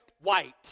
white